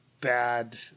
bad